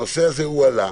הנושא הזה הועלה,